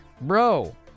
bro